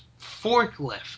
forklift